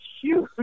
huge